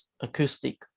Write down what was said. acoustic